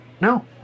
no